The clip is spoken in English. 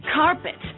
carpet